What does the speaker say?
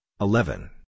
eleven